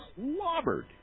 clobbered